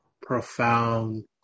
profound